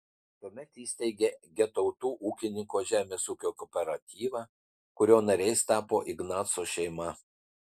tuomet įsteigė getautų ūkininko žemės ūkio kooperatyvą kurio nariais tapo ignaco šeima